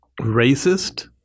racist